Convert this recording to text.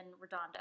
Redondo